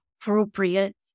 appropriate